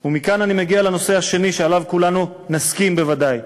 ומכאן אני מגיע לנושא השני שעליו כולנו נסכים בוודאי,